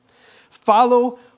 Follow